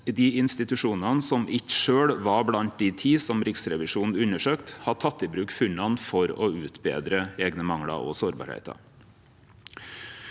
dei institusjonane som ikkje sjølve var blant dei ti som Riksrevisjonen undersøkte, har teke i bruk funna for å utbetre eigne manglar og sårbarheiter.